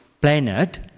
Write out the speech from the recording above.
planet